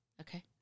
Okay